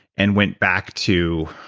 and went back to.